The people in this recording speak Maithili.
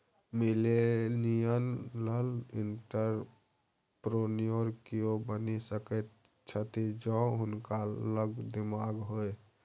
मिलेनियल एंटरप्रेन्योर कियो बनि सकैत छथि जौं हुनका लग दिमाग होए